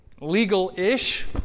legal-ish